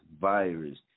virus